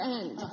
end